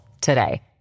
today